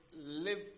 live